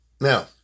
Now